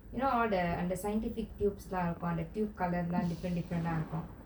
you know all the scientific tubes lah the tube colour different different ah